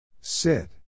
Sit